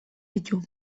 ditu